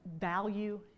value